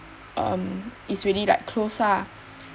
uh is already like close lah